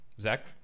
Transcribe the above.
zach